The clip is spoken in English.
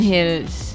Hills